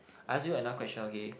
I ask you another question okay